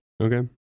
Okay